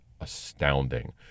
astounding